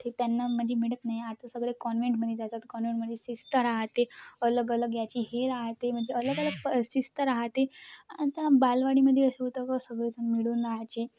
ते त्यांना म्हणजे मिळत नाही आता सगळे कॉन्व्हेंटमध्ये जातात कॉन्व्हेंटमध्ये शिस्त राहते अलग अलग याची हे राहते म्हणजे अलगअलग शिस्त राहते आता बालवाडीमध्ये असं होतं का सगळे जण मिळून राहते